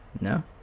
No